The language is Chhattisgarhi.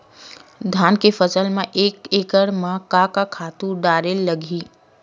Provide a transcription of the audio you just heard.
धान के फसल म एक एकड़ म का का खातु डारेल लगही?